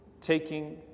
taking